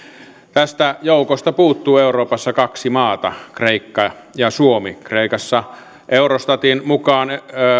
tästä joukosta puuttuu euroopassa kaksi maata kreikka ja suomi kreikassa eurostatin mukaan